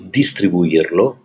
distribuirlo